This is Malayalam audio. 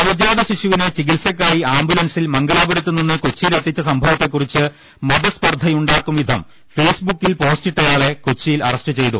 നവജാത ശിശുവിനെ ചികിത്സയ്ക്കായി ആംബുലൻസിൽ മംഗലാപുരത്തു നിന്ന് കൊച്ചിയിലെത്തിച്ച സംഭവത്തെക്കുറിച്ച് മതസ്പർധയുണ്ടാക്കും വിധം ഫെയ്സ്ബുക്കിൽ പോസ്റ്റിട്ടയാളെ കൊച്ചിയിൽ അറസ്റ്റു ചെയ്തു